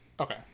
Okay